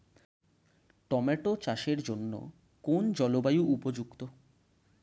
Tomato চাষের জন্য কোন জলবায়ু উপযুক্ত?